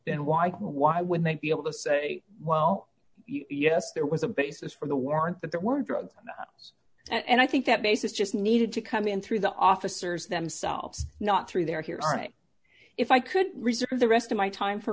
then why why would they be able to say well yes there was a basis for the warrant that there were drugs and i think that basis just needed to come in through the officers themselves not through their hearing if i could reserve the rest of my time for